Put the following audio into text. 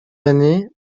années